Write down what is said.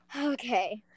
okay